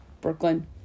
Brooklyn